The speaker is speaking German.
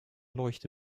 leuchte